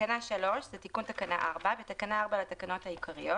תיקון תקנה 4 בתקנה 4 לתקנות העיקריות